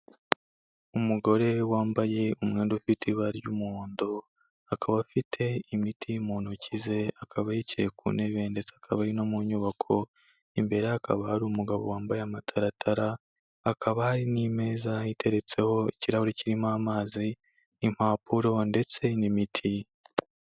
Umugore wambaye umwenda ufite ibara ry'umuhondo, akaba afite imiti mu ntoki ze, akaba yicaye ku ntebe ndetse akaba ari no mu nyubako, imbere ye hakaba hari umugabo wambaye amataratara, hakaba hari n'imeza iteretseho ikirahuri kirimo amazi, impapuro ndetse n'imiti.